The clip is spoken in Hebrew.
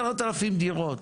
10,000 דירות?